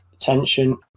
tension